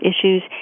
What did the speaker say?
issues